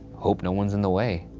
hope no one's in the way.